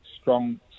strong